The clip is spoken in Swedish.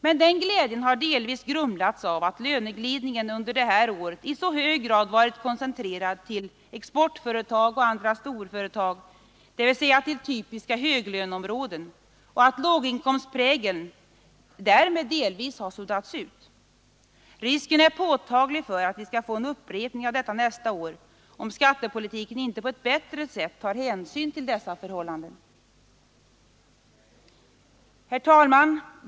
Men den glädjen har delvis grumlats av att löneglidningen under det här året i så hög grad varit koncentrerad till exportföretag och andra storföretag, dvs. till typiska höglöneområden, och att låginkomstprägeln därmed delvis har suddats ut. Risken är påtaglig för att vi skall få en upprepning av detta nästa år, om skattepolitiken inte på ett bättre sätt tar hänsyn till dessa förhållanden. Herr talman!